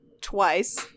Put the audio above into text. twice